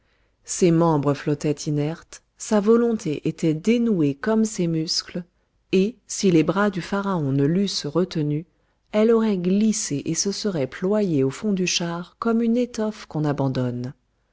ses membres flottaient inertes sa volonté était dénouée comme ses muscles et si les bras du pharaon ne l'eussent retenue elle aurait glissé et se serait ployée au fond du char comme une étoffe qu'on abandonne